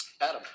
Adam